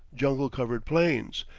jungle-covered plains,